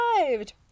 arrived